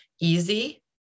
easy